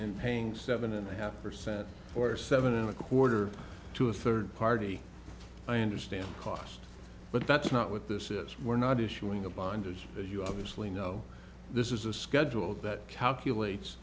and paying seven and a half percent or seven and a quarter to a third party i understand cost but that's not what this is we're not issuing a bond as you obviously know this is a schedule that calculates